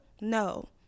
No